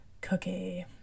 cookie